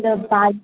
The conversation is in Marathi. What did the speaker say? जर पाच